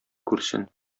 күрсен